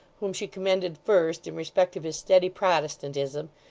whom she commended first, in respect of his steady protestantism,